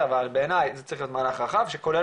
אבל בעיני זה צריך להיות מהלך רחב שכולל